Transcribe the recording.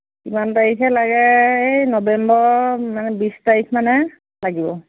কিমান তাৰিখে লাগে এই নৱেম্বৰ মানে বিছ তাৰিখ মানে লাগিব